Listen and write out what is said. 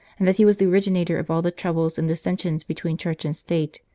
and that he was the originator of all the troubles and dissensions between church and state,